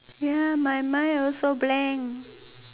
ya my mind also blank